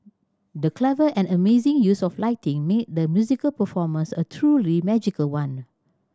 the clever and amazing use of lighting made the musical performance a truly magical one